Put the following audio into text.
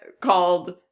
called